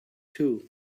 too